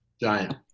Giant